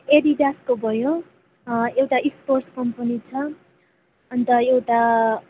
एडिडासको भयो एउटा स्पोर्ट्स कम्पनी छ अन्त एउटा